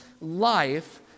life